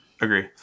agree